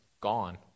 gone